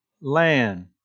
land